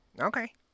Okay